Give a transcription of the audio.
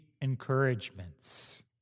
encouragements